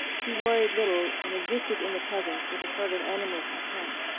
he worried little and existed in the present with a sort of animal content.